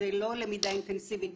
זו לא למידה אינטנסיבית.